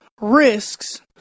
risks